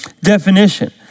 definition